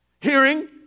Hearing